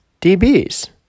DBs